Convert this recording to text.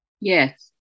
yes